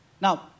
Now